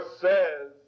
says